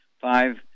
five